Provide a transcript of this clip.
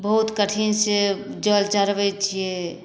बहुत कठिनसँ जल चढ़बै छिए